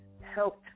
helped